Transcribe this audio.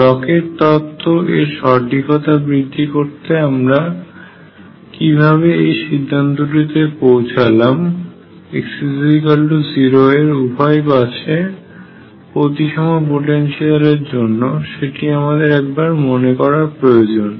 ব্লকের তত্ত্ব এর সঠিকতা বৃদ্ধি করতে আমরা কিভাবে এই সিদ্ধান্তটিতে পৌছালাম x0 এর উভয় পাশে প্রতিসম পোটেনশিয়াল এর জন্য সেটি আমাদের একবার মনে করা প্রয়োজন